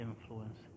influence